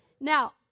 Now